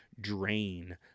drain